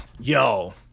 Yo